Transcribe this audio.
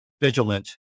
vigilant